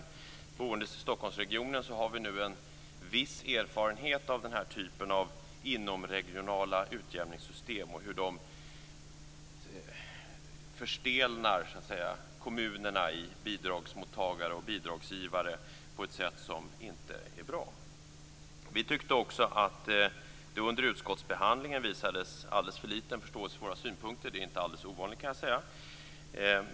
Vi som bor i Stockholmsregionen har nu en viss erfarenhet av den här typen av inomregionala utjämningssystem och av hur de så att säga förstenar kommunerna i bidragsmottagare och bidragsgivare på ett sätt som inte är bra. Vi tyckte också att det under utskottsbehandlingen visades alldeles för liten förståelse för våra synpunkter. Det är inte alldeles ovanligt, kan jag säga.